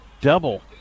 double